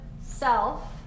self